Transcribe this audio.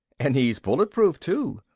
and he's bulletproof too.